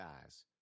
eyes